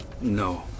No